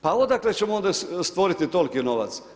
Pa odakle ćemo onda stvorit tolki novac?